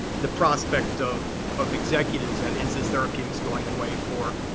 the prospect of of executives at insys therapeutics going away for